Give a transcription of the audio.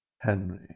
Henry